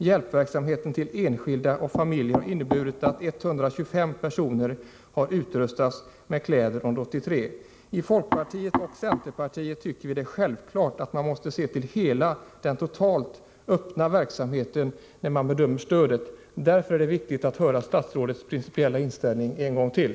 Hjälpverksamheten till enskilda och familjer har inneburit att 125 personer har utrustats med kläder under 1983. I folkpartiet och centerpartiet tycker vi att det är självklart att man måste se till hela den öppna verksamheten, när man bedömer stödet. Därför är det viktigt att höra statsrådets principiella inställning en gång till.